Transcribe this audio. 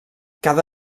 cada